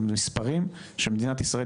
זה מספרים שמדינת ישראל,